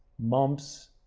mumps,